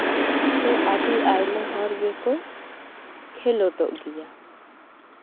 ᱛᱚ ᱟᱹᱰᱤ ᱟᱭᱢᱟ ᱦᱚᱲ ᱜᱮᱠᱚ ᱠᱷᱮᱞᱳᱰᱚᱜ ᱜᱮᱭᱟ